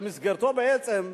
במסגרתו בעצם,